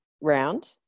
round